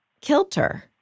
kilter